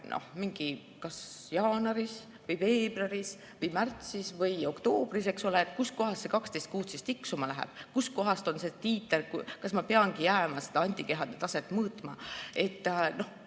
selle testi kas jaanuaris, veebruaris, märtsis või oktoobris, eks ole, kust kohast see 12 kuud siis tiksuma läheb, kus kohas on see tiiter, kas ma peangi jääma seda antikehade taset mõõtma? Selles